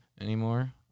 anymore